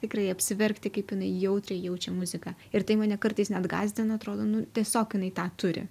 tikrai apsiverkti kaip jinai jautriai jaučia muziką ir tai mane kartais net gąsdina atrodo nu tiesiog jinai tą turi